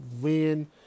win